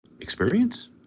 Experience